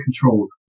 controlled